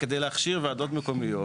כדי להכשיר וועדות מקומיות,